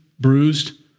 bruised